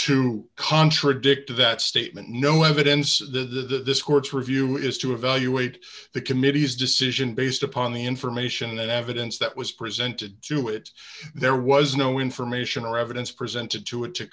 to contradict that statement no evidence this court's review is to evaluate the committee's decision based upon the information that evidence that was present to do it there was no information or evidence presented to it to